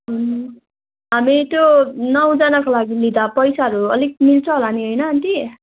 अनि त्यो नौजनाको लागि लिँदा पैसाहरू अलिक मिल्छ होला नि होइन आन्टी